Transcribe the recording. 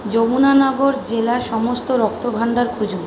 যমুনা নগর জেলার সমস্ত রক্তভাণ্ডার খুঁজুন